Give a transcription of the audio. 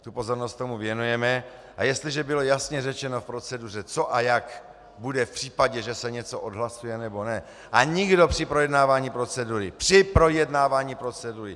Tu pozornost tomu věnujeme, a jestliže bylo jasně řečeno v proceduře, co a jak bude v případě, že se něco odhlasuje, nebo ne, a nikdo při projednávání procedury při projednávání procedury!